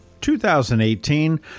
2018